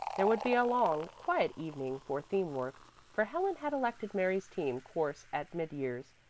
there would be a long, quiet evening for theme work for helen had elected mary's theme course at mid-years,